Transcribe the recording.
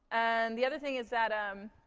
and the other thing is that, um,